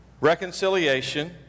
reconciliation